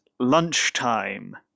Lunchtime